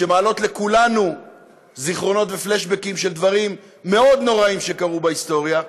שמעלות לכולנו זיכרונות ופלאשבקים של דברים מאוד נוראים שקרו בהיסטוריה.